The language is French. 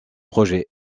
projets